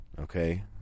Okay